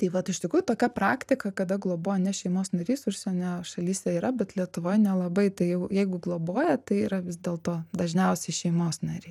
tai vat iš tikrųjų tokia praktika kada globoja ne šeimos narys užsienio šalyse yra bet lietuvoj nelabai tai jau jeigu globoja tai yra vis dėlto dažniausiai šeimos nariai